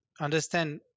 understand